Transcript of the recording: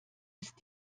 ist